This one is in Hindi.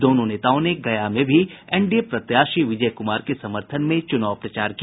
दोनों नेताओं ने गया में भी एनडीए प्रत्याशी विजय कुमार के समर्थन में चुनाव प्रचार किया